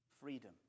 freedom